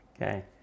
okay